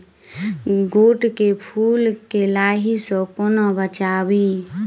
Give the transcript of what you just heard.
गोट केँ फुल केँ लाही सऽ कोना बचाबी?